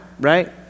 Right